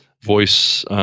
voice